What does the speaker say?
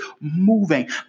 moving